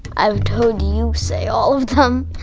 i've heard you say all of them.